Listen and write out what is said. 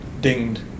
dinged